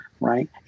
right